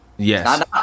Yes